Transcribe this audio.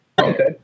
Okay